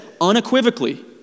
unequivocally